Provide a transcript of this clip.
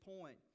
point